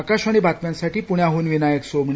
आकाशवाणी बातम्यांसाठी पुण्याह्न विनायक सोमणी